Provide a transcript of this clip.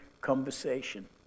conversation